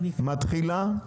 מתחילה?